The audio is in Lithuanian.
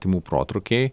tymų protrūkiai